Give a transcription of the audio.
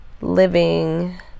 living